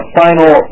final